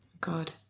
god